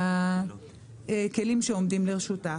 בכלים שעומדים לרשותה.